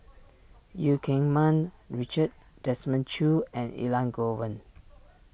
Eu Keng Mun Richard Desmond Choo and Elangovan